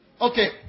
Okay